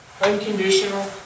unconditional